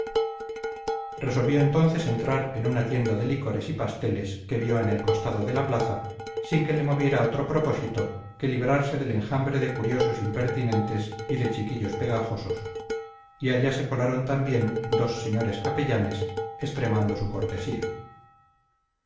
resolvió entonces entrar en una tienda de licores y pasteles que vio en el costado de la plaza sin que le moviera otro propósito que librarse del enjambre de curiosos impertinentes y de chiquillos pegajosos y allá se colaron también dos señores capellanes extremando su cortesía